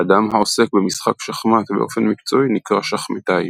אדם העוסק במשחק שחמט באופן מקצועי נקרא שחמטאי.